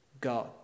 God